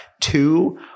two